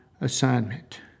assignment